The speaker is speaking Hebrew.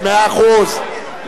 במאה אחוז.